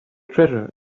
treasure